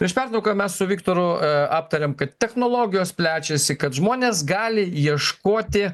prieš pertrauką mes su viktoru aptarėm kad technologijos plečiasi kad žmonės gali ieškoti